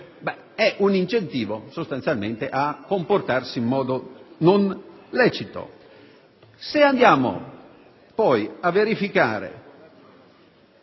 è un incentivo, sostanzialmente, a comportarsi in modo non lecito. Se andiamo poi a verificare